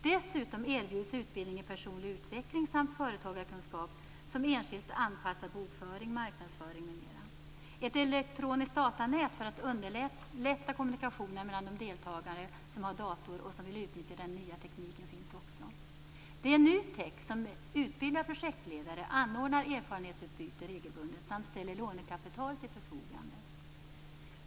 Dessutom erbjuds utbildning i personlig utveckling samt företagarkunskap, som enskilt anpassad bokföring, marknadsföring m.m. Ett elektroniskt datanät för att underlätta kommunikationerna mellan de deltagare som har dator och som vill utnyttja den nya tekniken finns också. Det är NUTEK som utbildar projektledare, anordnar erfarenhetsutbyte regelbundet samt ställer lånekapital till förfogande.